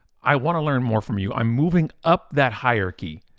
i wanna learn more from you. i'm moving up that hierarchy.